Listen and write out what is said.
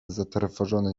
zatrwożony